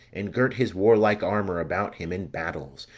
and girt his warlike armour about him in battles,